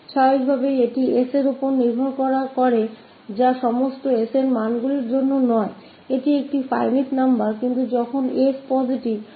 तो स्वाभाविक रूप से यह s पर निर्भर करता है सभी s की वैल्यू पर नहीं यह एक सीमित संख्या है लेकिन जब s पॉजिटिव है